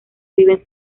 viven